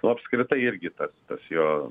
nu apskritai irgi tas tas jo